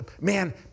man